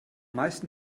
meisten